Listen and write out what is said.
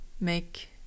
make